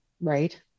right